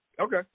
Okay